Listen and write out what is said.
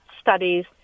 studies